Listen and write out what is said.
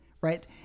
right